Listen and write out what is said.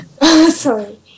Sorry